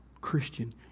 Christian